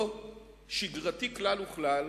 לא שגרתי כלל וכלל,